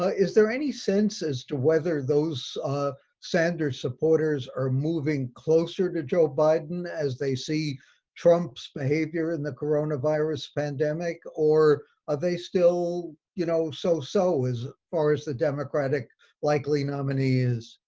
ah is there any sense as to whether those sanders supporters are moving closer to joe biden as they see trump's behavior in the coronavirus pandemic, or are they still, you know, so so as far as the democratic likely nominee is?